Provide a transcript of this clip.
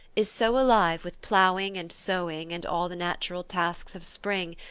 is so alive with ploughing and sowing and all the natural tasks of spring,